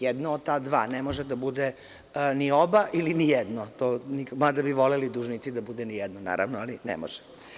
Jedno od ta dva, ne može da bude ni oba, ili ni jedno, mada bi voleli dužnici da bude nijedno, ali to ne može.